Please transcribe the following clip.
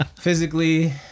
physically